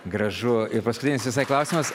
gražu ir paskutinis visai klausimas